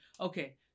okay